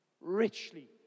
Richly